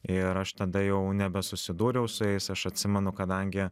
ir aš tada jau nebe susidūriau su jais aš atsimenu kadangi